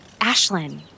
Ashlyn